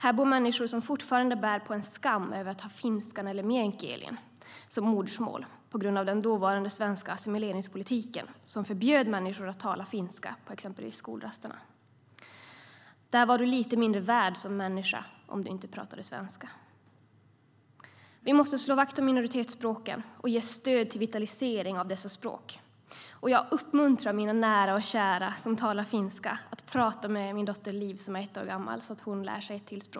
Där bor människor som fortfarande bär på en skam över att ha finskan eller meänkielin som modersmål, på grund av den dåvarande svenska assimileringspolitiken som förbjöd människor att tala finska exempelvis på skolrasterna. Där var du lite mindre värd som människa om du inte pratade svenska. Vi måste slå vakt om minoritetsspråken och ge stöd till vitalisering av dessa språk. Jag uppmuntrar mina nära och kära som talar finska att tala med min dotter Liv, som är ett år gammal, så att hon lär sig ett språk till.